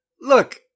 Look